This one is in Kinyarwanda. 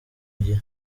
gihe